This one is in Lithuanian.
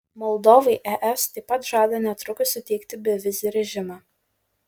moldovai es taip pat žada netrukus suteikti bevizį režimą